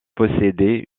posséder